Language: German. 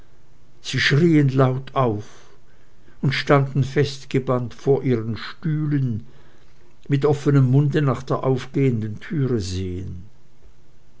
sie schrieen laut auf und standen festgebannt vor ihren stühlen mit offenem munde nach der aufgehenden türe sehend